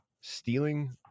stealing